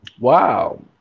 Wow